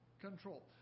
control